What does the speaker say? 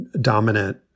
dominant